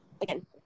again